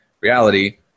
reality